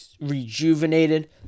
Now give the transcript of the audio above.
rejuvenated